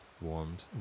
warmed